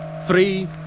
Three